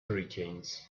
hurricanes